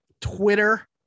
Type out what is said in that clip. Twitter